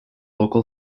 local